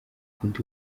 akunda